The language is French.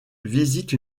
visite